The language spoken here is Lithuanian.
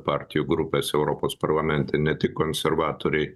partijų grupės europos parlamente ne tik konservatoriai